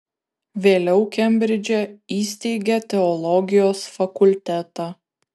vėliau kembridže įsteigė teologijos fakultetą